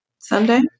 Sunday